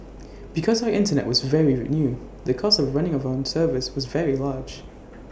because the Internet was very new the cost of running our own servers was very large